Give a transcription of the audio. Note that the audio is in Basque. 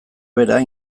bera